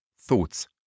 thoughts